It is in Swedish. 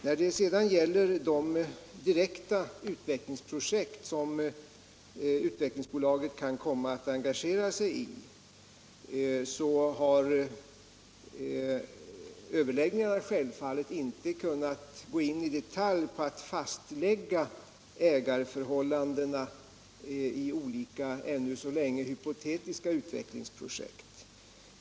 När det sedan gäller de direkta utvecklingsprojekt som utvecklingsbolaget kan komma att engagera sig i har man självfallet inte i detalj gått in på att fastlägga ägarförhållandena i olika, ännu så länge hypotetiska utvecklingsprojekt.